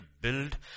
build